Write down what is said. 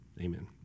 amen